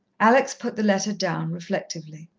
alex put the letter down reflectively.